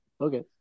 Okay